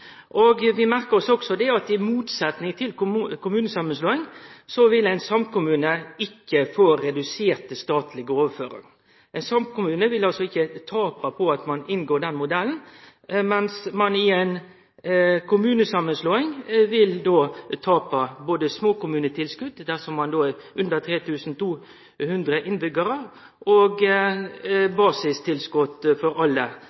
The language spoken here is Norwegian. Vi merkar oss også at i motsetning til kommunesamanslåing vil ein samkommune ikkje få reduserte statlege overføringar. Ein kommune vil altså ikkje tape på å inngå den modellen, mens ein i kommunesamanslåing vil tape både småkommunetilskotet, dersom ein er under 3 200 innbyggjarar, og basistilskotet for alle